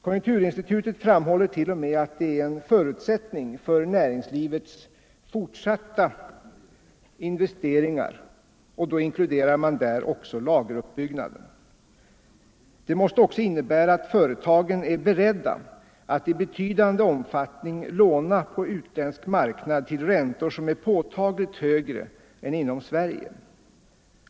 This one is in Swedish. Konjunkturinstitutet framhåller t.o.m. att detta är en förutsättning för näringslivets fortsatta investeringar, och då inkluderar man även lageruppbyggnaden. Det måste också innebära att företagen är beredda att i betydande omfattning låna på utländsk marknad till räntor som är påtagligt högre än inom Sverige.